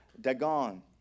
Dagon